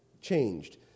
changed